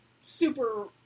super